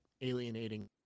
alienating